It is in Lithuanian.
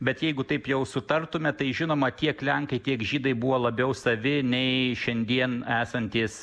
bet jeigu taip jau sutartume tai žinoma tiek lenkai tiek žydai buvo labiau savi nei šiandien esantys